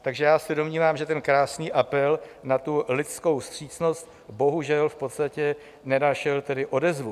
Takže já se domnívám, že ten krásný apel na tu lidskou vstřícnost bohužel v podstatě nenašel tedy odezvu.